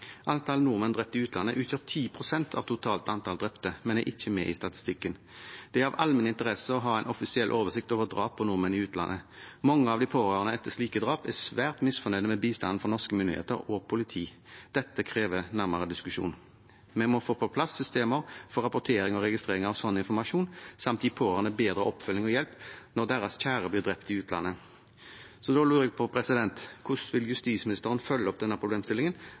Antall nordmenn drept i utlandet utgjør 10 pst. av totalt antall drepte, men er ikke med i statistikken. Det er av allmenn interesse å ha en offisiell oversikt over drap på nordmenn i utlandet. Mange av de pårørende etter slike drap er svært misfornøyde med bistanden fra norske myndigheter og politi. Dette krever nærmere diskusjon. Vi må få på plass systemer for rapportering og registrering av slik informasjon samt gi pårørende bedre oppfølging og hjelp når deres kjære blir drept i utlandet. Så da lurer jeg på: Hvordan vil justisministeren følge opp denne problemstillingen,